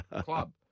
club